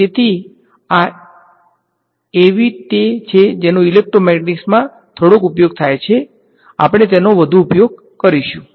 અને તેથી આ એવી તે છે જેનો ઇલેક્ટ્રોમેગ્નેટિક્સમાં થોડોક ઉપયોગ થાય છે અને આપણે તેનો વધુ ઉપયોગ કરીશું